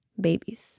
Babies